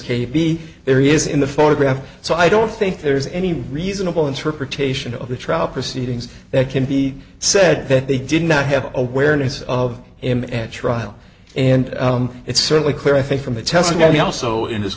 b there is in the photograph so i don't think there's any reasonable interpretation of the trial proceedings that can be said that they did not have awareness of him at trial and it's certainly clear i think from the testimony also in this